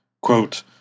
Quote